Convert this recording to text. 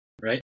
right